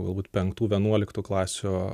galbūt penktų vienuoliktų klasių